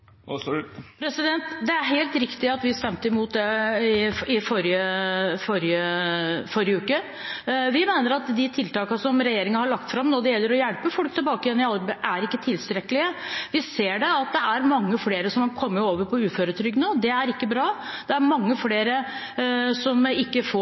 Det er helt riktig at vi stemte imot det i forrige uke. Vi mener at de tiltakene som regjeringen har lagt fram når det gjelder å hjelpe folk tilbake i arbeid, ikke er tilstrekkelige. Vi ser at det er mange flere som har kommet over på uføretrygd nå, og det er ikke bra. Det er mange flere som ikke får